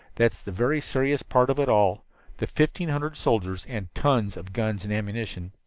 that's the very serious part of it all the fifteen hundred soldiers and tons of guns and ammunition.